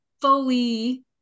fully